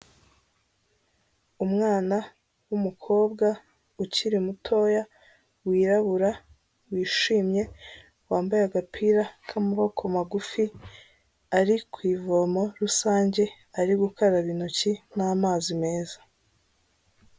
Umwana w'umukobwa ukiri mutoya, wirabura, wishimye, wambaye agapira k'amaboko magufi, ari ku ivomo rusange, ari gukaraba intoki n'amazi meza.